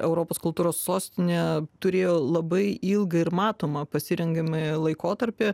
europos kultūros sostinė turėjo labai ilgą ir matomą pasirengiamąjį laikotarpį